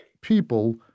people